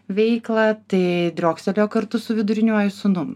veiklą tai driokstelėjo kartu su viduriniuoju sūnum